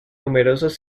numerosos